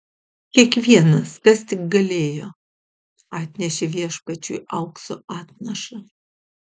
kiekvienas kas tik galėjo atnešė viešpačiui aukso atnašą